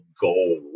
goal